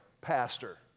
pastor